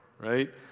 right